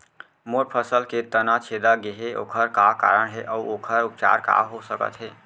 मोर फसल के तना छेदा गेहे ओखर का कारण हे अऊ ओखर उपचार का हो सकत हे?